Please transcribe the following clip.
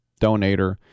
Donator